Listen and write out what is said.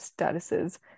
statuses